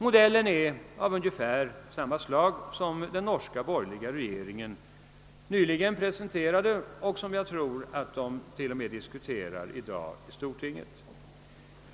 Reformen är av ungefär samma modell som det förslag den norska borgerliga regeringen nyligen har presenterat och som jag tror i dag behandlas i stortinget.